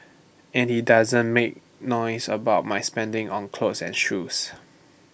and he doesn't make noise about my spending on clothes and shoes